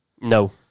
No